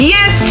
Yes